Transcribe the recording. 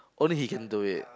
only he can do it